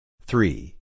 Three